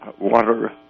water